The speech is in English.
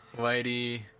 Whitey